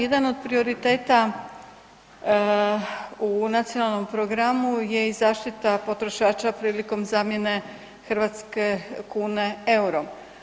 Jedan od prioriteta u nacionalnom programu je i zaštita potrošača prilikom zamjene hrvatske kune eurom.